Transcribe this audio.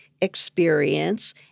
experience